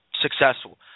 Successful